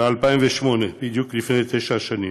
ב-2008, בדיוק לפני תשע שנים.